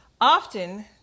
Often